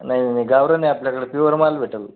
नाही नाही गावरान आहे आपल्याकडं प्युअर माल भेटेल